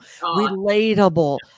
Relatable